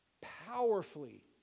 powerfully